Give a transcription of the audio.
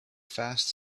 fast